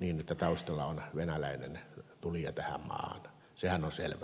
niin että taustalla on venäläinen tulija tähän maahan sehän on selvää